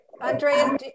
Andrea